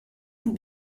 vous